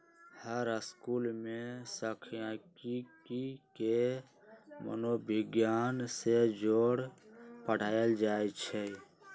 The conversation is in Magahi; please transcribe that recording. हर स्कूल में सांखियिकी के मनोविग्यान से जोड़ पढ़ायल जाई छई